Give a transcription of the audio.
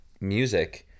music